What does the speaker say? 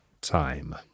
time